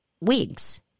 wigs